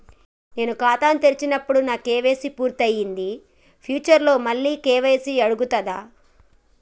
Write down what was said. నేను ఖాతాను తెరిచినప్పుడు నా కే.వై.సీ పూర్తి అయ్యింది ఫ్యూచర్ లో మళ్ళీ కే.వై.సీ అడుగుతదా?